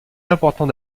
important